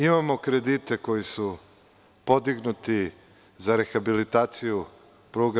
Imamo kredite koji su podignuti za rehabilitaciju pruga.